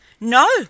No